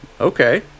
okay